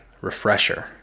refresher